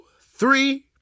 three